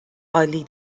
عالی